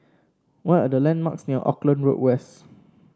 what are the landmarks near Auckland Road West